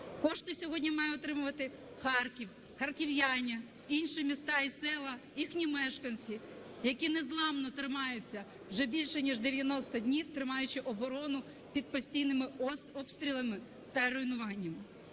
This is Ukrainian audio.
Кошти сьогодні має отримувати Харків, харків'яни, інші міста і села, їхні мешканці, які незламно тримаються вже більше ніж 90 днів, тримаючи оборону під постійними обстрілами та руйнуваннями.